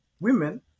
women